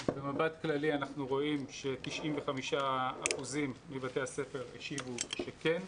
במבט כללי אנחנו רואים ש-95% מבתי הספר השיבו שכן.